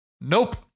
Nope